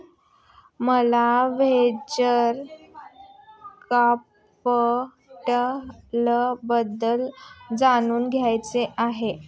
मला व्हेंचर कॅपिटलबद्दल जाणून घ्यायचे आहे